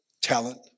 talent